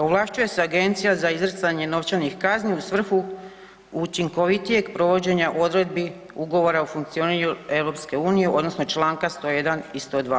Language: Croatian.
Ovlašćuje se Agencija za izricanje novčanih kazni u svrhu učinkovitijeg provođenja odredbi ugovora o funkcioniranju EU odnosno čl. 101. i 102.